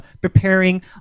preparing